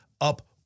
up